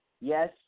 yes